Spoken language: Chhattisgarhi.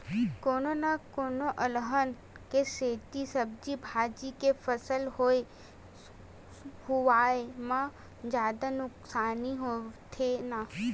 कोनो न कोनो अलहन के सेती सब्जी भाजी के फसल होए हुवाए म जादा नुकसानी होथे न